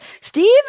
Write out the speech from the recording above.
Steve